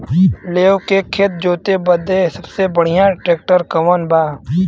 लेव के खेत जोते बदे सबसे बढ़ियां ट्रैक्टर कवन बा?